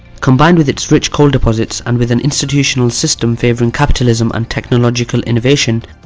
combined with its rich coal deposits and with an institutional system favouring capitalism and technological innovation,